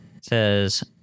says